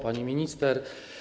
Pani Minister!